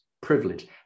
privilege